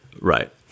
Right